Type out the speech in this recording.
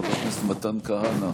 חבר הכנסת מתן כהנא,